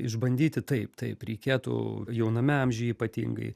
išbandyti taip taip reikėtų jauname amžiuj ypatingai